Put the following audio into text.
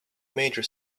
major